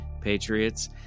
Patriots